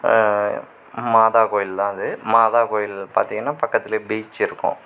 மாதா கோவில்தான் அது மாதா கோவில் பார்த்திங்கனா பக்கத்துலேயே பீச் இருக்கும்